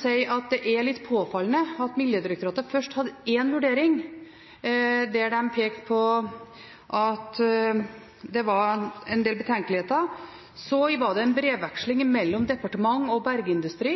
si at det er litt påfallende at Miljødirektoratet først hadde én vurdering, der de pekte på at det var en del betenkeligheter. Så var det en brevveksling mellom departement og bergindustri,